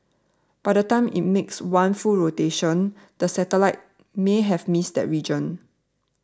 by the time it makes one full rotation the satellite may have missed that region